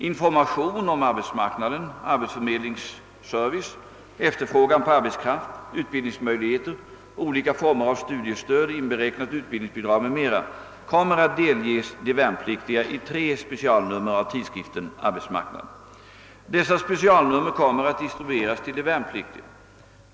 Information om arbetsmarknaden, <arbetsförmedlingsservice, efterfrågan på arbetskraft, utbildningsmöjligheter, olika former av studiestöd inberäknat utbildningsbidrag m, m. kommer att delges de värnplikliga i tre specialnummer av tidskriften Arbetsmarknaden. Dessa specialnummer kommer att distribueras till de värnpliktiga.